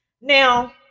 Now